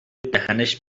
دهنش